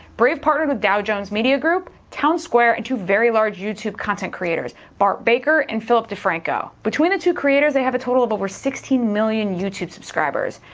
brave partnered with dow jones media group town square and two very large youtube content creators, bart baker, and philip defranco. between the two creators they have a total of over sixteen million youtube subscribers.